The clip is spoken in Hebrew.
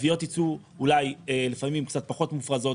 התביעות ייצאו אולי לפעמים קצת פחות מופרזות